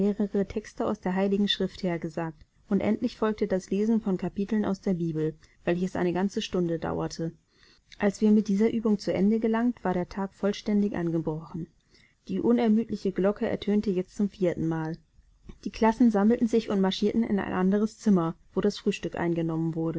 texte aus der heiligen schrift hergesagt und endlich folgte das lesen von kapiteln aus der bibel welches eine ganze stunde dauerte als wir mit dieser übung zu ende gelangt war der tag vollständig angebrochen die unermüdliche glocke ertönte jetzt zum viertenmal die klassen sammelten sich und marschierten in ein anderes zimmer wo das frühstück eingenommen wurde